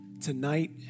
tonight